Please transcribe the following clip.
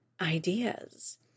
ideas